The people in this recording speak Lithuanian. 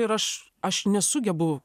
ir aš aš nesugebu